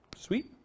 Sweet